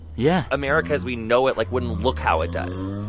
yeah. america as we know it, like, wouldn't look how it does.